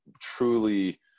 truly